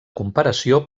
comparació